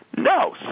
No